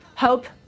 Hope